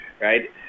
right